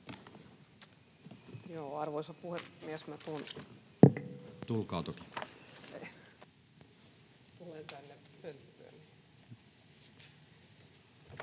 Arvoisa puhemies! Tulin tänne